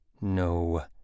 No